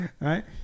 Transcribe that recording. right